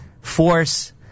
force